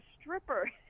stripper